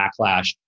backlash